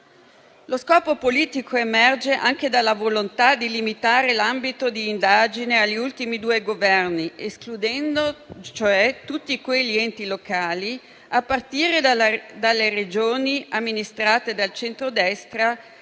Lo scopo politico emerge anche dalla volontà di limitare l'ambito di indagine agli ultimi due Governi, escludendo cioè tutti quegli enti locali, a partire dalle Regioni amministrate dal centrodestra,